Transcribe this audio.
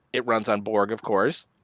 it runs on borg of course,